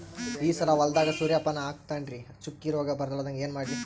ಈ ಸಲ ಹೊಲದಾಗ ಸೂರ್ಯಪಾನ ಹಾಕತಿನರಿ, ಚುಕ್ಕಿ ರೋಗ ಬರಲಾರದಂಗ ಏನ ಮಾಡ್ಲಿ?